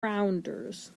rounders